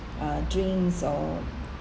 uh drinks or